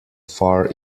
far